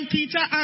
Peter